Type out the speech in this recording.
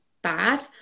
bad